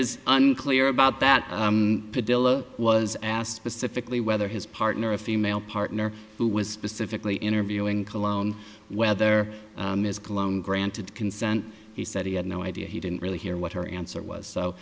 is unclear about that padilla was asked specifically whether his partner a female partner who was specifically interviewing cologne whether ms cologne granted consent he said he had no idea he didn't really hear what her answer was so